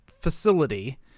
facility